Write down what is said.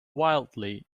wildly